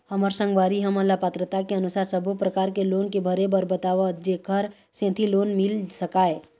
हमर संगवारी हमन ला पात्रता के अनुसार सब्बो प्रकार के लोन के भरे बर बताव जेकर सेंथी लोन मिल सकाए?